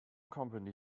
company